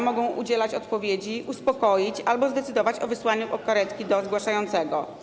Mogą oni udzielić odpowiedzi, uspokoić albo zdecydować o wysłaniu karetki do zgłaszającego.